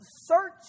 search